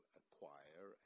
acquire